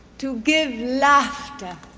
to give laughter